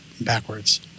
backwards